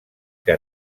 que